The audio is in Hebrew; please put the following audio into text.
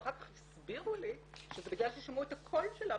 ואחר הסבירו לי שזה בגלל ששמעו את הקול שלה,